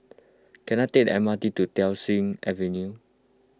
can I take the M R T to Thiam Siew Avenue